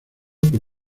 por